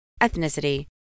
ethnicity